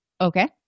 Okay